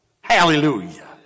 Hallelujah